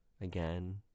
Again